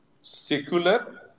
secular